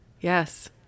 Yes